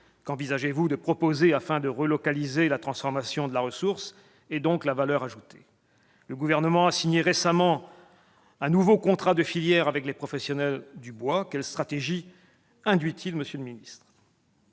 Qu'envisagez-vous de proposer afin de relocaliser la transformation de la ressource, donc la valeur ajoutée ? Le Gouvernement a signé récemment un nouveau contrat de filière avec les professionnels du bois. Quelle stratégie induit-il, monsieur le ministre ?